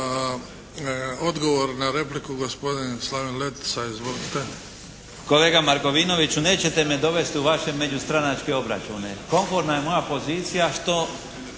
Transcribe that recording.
Odgovor na repliku gospodin Slaven Letica. Izvolite. **Letica, Slaven (Nezavisni)** Kolega Markovinoviću nećete me dovesti u vaše međustranačke obračune. Konforna je moja pozicija što